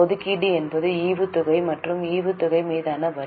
ஒதுக்கீடு என்பது ஈவுத்தொகை மற்றும் ஈவுத்தொகை மீதான வரி